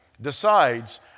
decides